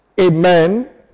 Amen